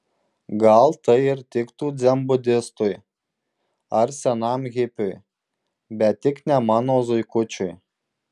gal tai ir tiktų dzenbudistui ar senam hipiui bet tik ne mano zuikučiui